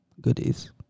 goodies